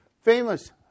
famous